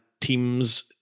teams